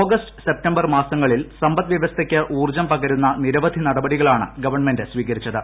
August September മാസങ്ങളിൽ സമ്പദ്വൃവസ്ഥയ്ക്ക് ഉൌർജ്ജം പകരുന്ന നിരവധി നടപടികളാണ് ഗവൺമെന്റ് സ്വീകരിച്ചത്